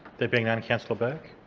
there being none, councillor bourke?